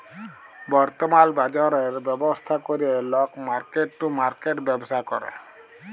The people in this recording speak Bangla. বর্তমাল বাজরের ব্যবস্থা ক্যরে লক মার্কেট টু মার্কেট ব্যবসা ক্যরে